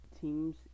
teams